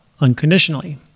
unconditionally